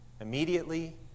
Immediately